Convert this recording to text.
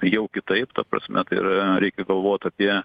jau kitaip ta prasme tai yra reikia galvot apie